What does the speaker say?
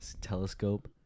telescope